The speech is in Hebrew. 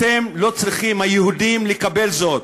אתם לא צריכים, היהודים, לקבל זאת.